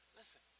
listen